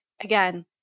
again